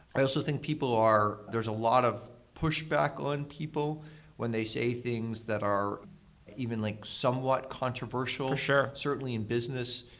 i also think people are there's a lot of pushback on people when they say things that are even like somewhat controversial. certainly, in business,